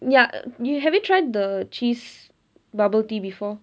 ya you have you try the cheese bubble tea before